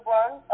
one